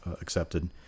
accepted